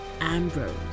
Ambrose